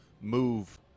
move